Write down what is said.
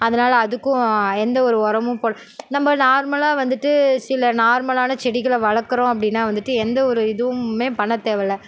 அதனால் அதுக்கும் எந்த ஒரு உரமும் போ நம்ம நார்மலாக வந்துட்டு சில நார்மலான செடிகளை வளர்க்குறோம் அப்படின்னா வந்துட்டு எந்த ஒரு இதுவுமே பண்ண தேவயில்லை